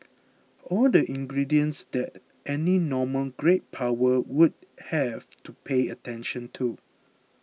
all the ingredients that any normal great power would have to pay attention to